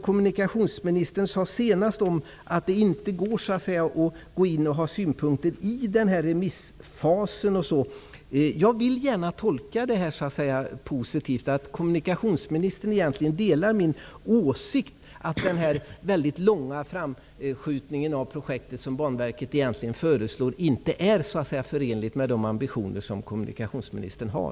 Kommunikationsministern sade nu senast att det inte går att anlägga synpunkter på frågan i den här remissfasen. Det vill jag tolka positivt, att kommunikationsministern egentligen delar min åsikt att framskjutningen av projektet långt fram i tiden, som Banverket föreslår, inte är förenligt med de ambitioner som kommunikationsministern har.